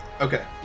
Okay